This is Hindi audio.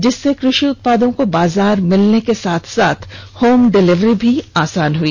जिससे कृषि उत्पादों को बाजार मिलने के साथ साथ होम डिलिवरी भी आसान हुई